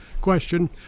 question